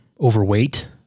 overweight